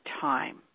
time